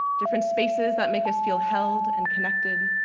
different spaces that make us feel held and connected.